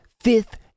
fifth